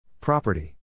Property